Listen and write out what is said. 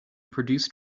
produced